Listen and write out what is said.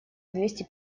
двести